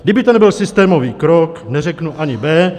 Kdyby tady byl systémový krok, neřeknu ani B.